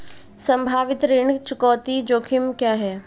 संभावित ऋण चुकौती जोखिम क्या हैं?